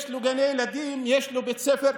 יש לו גני ילדים, יש לו בית ספר,